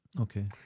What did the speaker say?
Okay